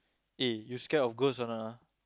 eh you scared of ghost or not ah